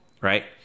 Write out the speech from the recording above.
right